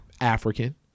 African